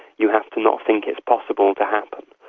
you have to not think it's possible to happen.